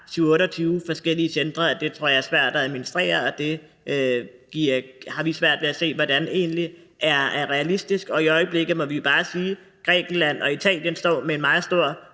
27-28 forskellige centre. Det tror jeg er svært at administrere, og det har vi egentlig svært ved at se hvordan skulle være realistisk. I øjeblikket må vi bare sige, at Grækenland og Italien står med en meget stor